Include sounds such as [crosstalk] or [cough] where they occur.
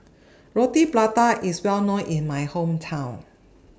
[noise] Roti Prata IS Well known in My Hometown